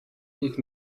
nich